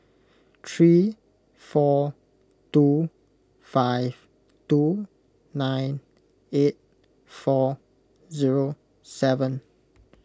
three four two five two nine eight four zero seven